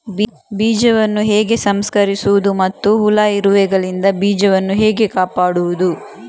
ಬೀಜವನ್ನು ಹೇಗೆ ಸಂಸ್ಕರಿಸುವುದು ಮತ್ತು ಹುಳ, ಇರುವೆಗಳಿಂದ ಬೀಜವನ್ನು ಹೇಗೆ ಕಾಪಾಡುವುದು?